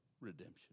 redemption